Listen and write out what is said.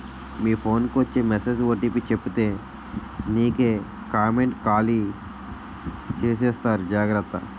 మీ phone కి వచ్చే message OTP చెప్పితే నీకే కామెంటు ఖాళీ చేసేస్తారు జాగ్రత్త